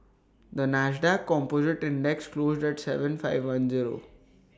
the Nasdaq composite index closed at Seven five one zero